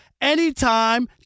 anytime